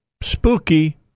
spooky